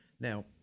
Now